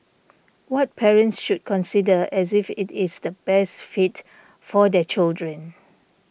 what parents should consider as if it is the best fit for their children